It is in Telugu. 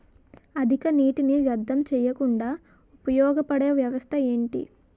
అధిక నీటినీ వ్యర్థం చేయకుండా ఉపయోగ పడే వ్యవస్థ ఏంటి